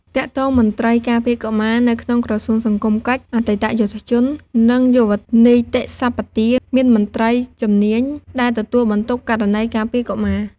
ទាក់ទងមន្រ្តីការពារកុមារ នៅក្នុងក្រសួងសង្គមកិច្ច អតីតយុទ្ធជន និងយុវនីតិសម្បទា មានមន្រ្តីជំនាញដែលទទួលបន្ទុកករណីការពារកុមារ។